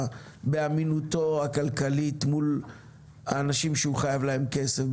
ובאמינותו הכלכלית מול האנשים שהוא חייב להם כסף,